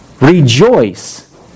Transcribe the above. rejoice